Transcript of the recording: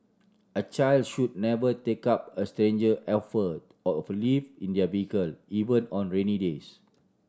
a child should never take up a stranger offer of a lift in their vehicle even on rainy days